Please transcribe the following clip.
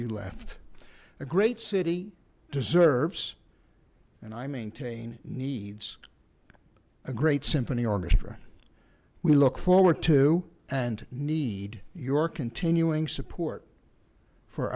you left a great city deserves and i maintain needs a great symphony orchestra we look forward to and need your continuing support for